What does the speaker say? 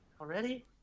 Already